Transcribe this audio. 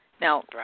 Now